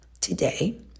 today